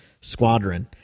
squadron